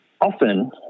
often